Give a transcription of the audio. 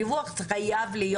הדיווח חייב להיות.